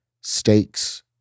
stakes